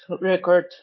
record